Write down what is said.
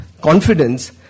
confidence